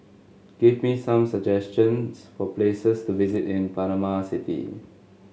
give me some suggestions for places to visit in Panama City